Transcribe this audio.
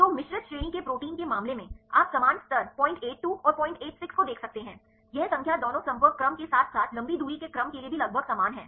तो मिश्रित श्रेणी के प्रोटीन के मामले में आप समान स्तर 082 और 086 को देख सकते हैं यह संख्या दोनों संपर्क क्रम के साथ साथ लंबी दूरी के क्रम के लिए भी लगभग समान है